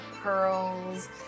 pearls